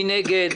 מי נגד?